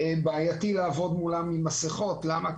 בעייתי לעבוד מולם עם מסיכות, למה?